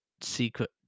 secret